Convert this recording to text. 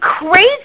crazy